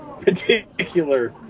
particular